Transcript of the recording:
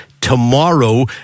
tomorrow